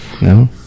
No